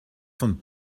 von